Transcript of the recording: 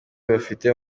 bafite